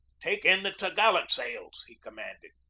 take in the top-gallant sails! he commanded.